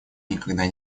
никогда